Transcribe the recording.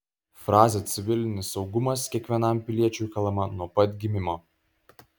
frazė civilinis saugumas kiekvienam piliečiui kalama nuo pat gimimo